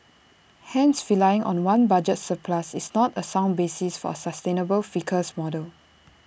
hence relying on one budget surplus is not A sound basis for A sustainable fiscal model